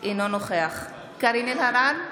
אינו נוכח קארין אלהרר,